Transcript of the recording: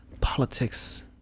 politics